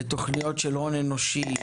לתוכניות של הון אנושי.